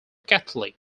catholic